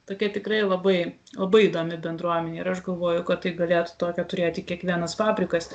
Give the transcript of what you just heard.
tokia tikrai labai labai įdomi bendruomenė ir aš galvoju kad tai galėtų tokią turėti kiekvienas fabrikas